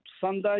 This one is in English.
Sunday